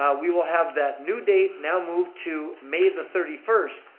ah we will have that new date now moved to may the thirty first.